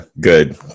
good